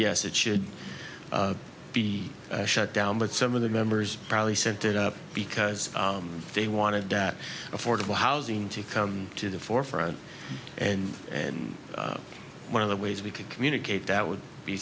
yes it should be shut down but some of the members probably sent it up because they wanted dadt affordable housing to come to the forefront and and one of the ways we could communicate that would be